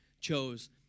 chose